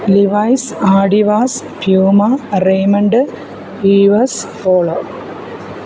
levi's Adidas puma raymond weavers polo